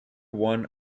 one